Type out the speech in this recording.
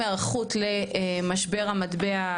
הערכות למשבר המטבע,